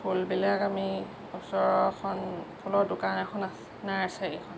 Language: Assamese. ফুলবিলাক আমি ওচৰৰ এখন ফুলৰ দোকান এখন আছে নাৰ্চাৰী এখন আছে